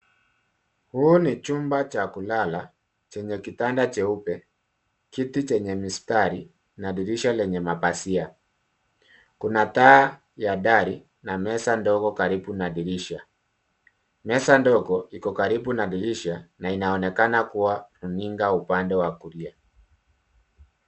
Huu ni chumba cha kulala chenye kitanda cheupe ,kiti chenye mistari na dirisha lenye mapazia. Kuna taa ya dari na meza ndogo karibu na dirisha. Meza ndogo iko karibu na dirisha na inaonekana kuwa runinga upande wa kulia.